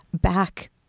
back